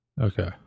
okay